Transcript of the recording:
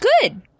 good